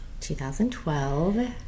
2012